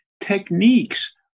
Techniques